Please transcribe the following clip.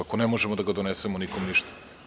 Ako ne možemo da ga donesemo nikom ništa.